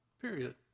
period